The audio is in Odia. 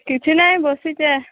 କିଛି ନାଇଁ ବସିଛେଁ